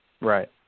Right